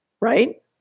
right